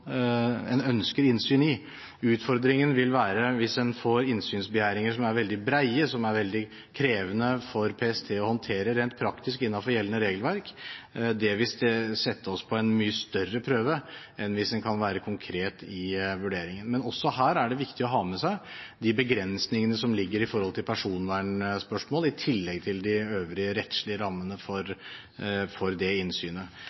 en ønsker innsyn i. Utfordringen vil være hvis en får innsynsbegjæringer som er veldig brede, som er veldig krevende for PST å håndtere rent praktisk innenfor gjeldende regelverk. Det vil sette oss på en mye større prøve enn hvis en kan være konkret i vurderingen. Men også her er det viktig å ha med seg de begrensningene som ligger i forhold til personvernspørsmål, i tillegg til de øvrige rettslige rammene for det innsynet.